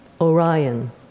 Orion